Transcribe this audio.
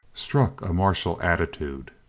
struck a martial attitude.